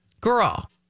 girl